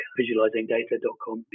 visualizingdata.com